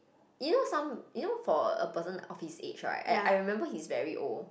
you know some you know for a person for his age right I I remember he is very old